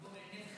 לאנשים